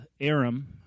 Aram